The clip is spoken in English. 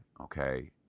okay